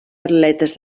atletes